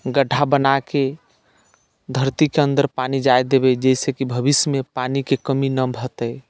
गड्ढा बनाके धरतीके अन्दर पानि जाय देबै जाहिसँ कि भविष्यमे पानिके कमी नहि हेतै